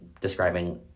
describing